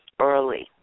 early